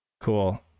Cool